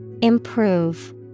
Improve